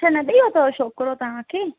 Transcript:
अच्छा न ॾेई वियो अथव छोकिरो तव्हांखे